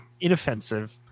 inoffensive